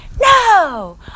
no